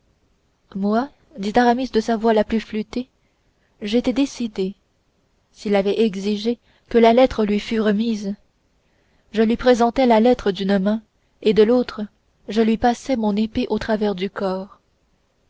moi dit aramis de sa voix la plus flûtée j'étais décidé s'il avait exigé que la lettre lui fût remise je lui présentais la lettre d'une main et de l'autre je lui passais mon épée au travers du corps